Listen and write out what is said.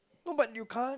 no but you can't